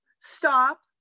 stop